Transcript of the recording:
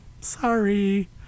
Sorry